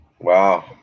Wow